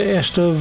esta